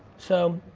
so,